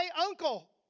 uncle